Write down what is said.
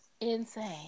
Insane